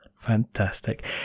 Fantastic